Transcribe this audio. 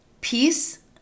Peace